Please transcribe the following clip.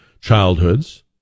childhoods